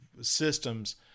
systems